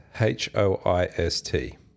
H-O-I-S-T